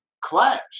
clash